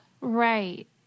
Right